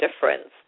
difference